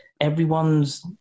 everyone's